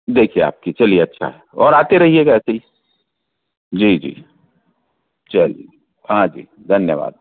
देखिये आपकी चलिये अच्छा है और आते रहियेगा ऐसे ही जी जी चलिये हाँ जी धन्यवाद